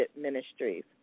Ministries